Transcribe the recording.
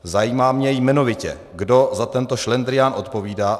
Zajímá mě jmenovitě, kdo za tento šlendrián odpovídá.